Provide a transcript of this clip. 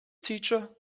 teacher